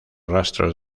rastros